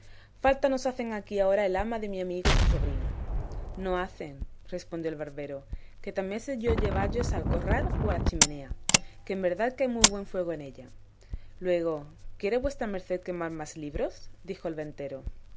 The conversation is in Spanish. falta nos hacen aquí ahora el ama de mi amigo y su sobrina no hacen respondió el barbero que también sé yo llevallos al corral o a la chimenea que en verdad que hay muy buen fuego en ella luego quiere vuestra merced quemar más libros dijo el ventero